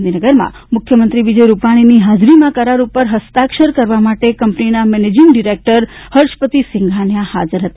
ગાંધીનગરમાં મુખ્યમંત્રી વિજય રૂપાણીની હાજરીમાં કરાર ઉપર હસ્તાક્ષર કરવા માટે કંપનીના મેનેજીંગ ડાયરેક્ટર હર્ષપતિ સિંઘાનિયા હાજર હતા